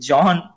John